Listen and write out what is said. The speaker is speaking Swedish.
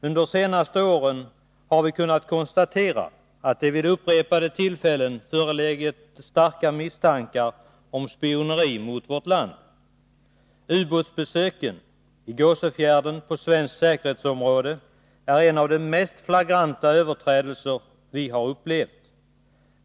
Under de senaste åren har vi kunnat konstatera att det vid upprepade tillfällen förelegat starka misstankar om spioneri mot vårt land. Ubåtsbesöket i Gåsefjärden, på svenskt säkerhetsområde, är en av de mest flagranta överträdelser vi har upplevt.